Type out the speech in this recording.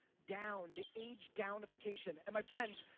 down the age down-ification. and my friends,